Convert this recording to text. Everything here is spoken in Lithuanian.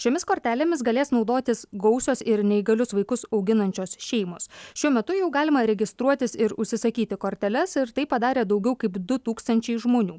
šiomis kortelėmis galės naudotis gausios ir neįgalius vaikus auginančios šeimos šiuo metu jau galima registruotis ir užsisakyti korteles ir tai padarė daugiau kaip du tūkstančiai žmonių